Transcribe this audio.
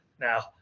Now